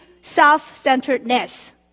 self-centeredness